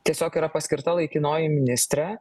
tiesiog yra paskirta laikinoji ministrė